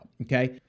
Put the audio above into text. okay